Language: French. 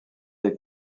les